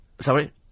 Sorry